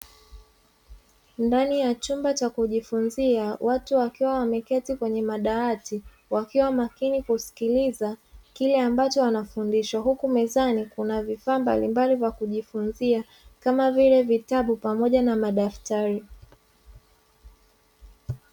Ndani ya chumba cha kujifunzia, watu wakiwa wameketi kwenye madawati, wakiwa makini kusikiliza kile ambacho wanafundishwa, huku mezani kuna vifaa mbalimbali vya kujifunzia, kama vile vitabu pamoja na madaftari.